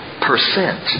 percent